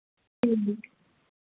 ठीक